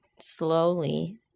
slowly